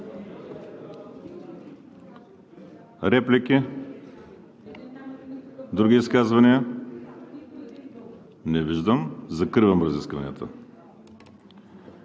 Реплики? Други изказвания? Не виждам. Закривам разискванията.